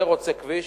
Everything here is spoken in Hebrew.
זה רוצה כביש,